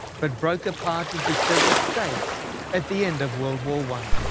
but broke apart into several states at the end of world war one.